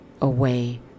away